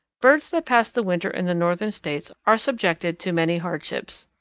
birds that pass the winter in the northern states are subjected to many hardships.